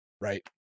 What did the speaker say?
right